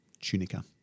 tunica